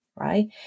Right